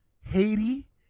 Haiti